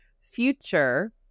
future